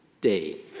day